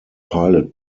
pilot